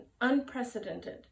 unprecedented